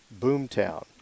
boomtown